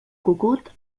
cucut